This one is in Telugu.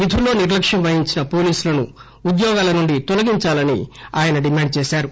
విధుల్లో నిర్లక్ష్యం వహించిన పోలీసులను ఉద్యోగాల నుంచి తొలగించాలని ఆయన డిమాండ్ చేశారు